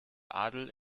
adel